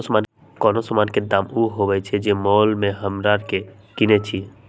कोनो समान के दाम ऊ होइ छइ जे मोल पर हम ओकरा किनइ छियइ